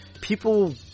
People